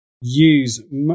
use